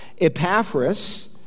Epaphras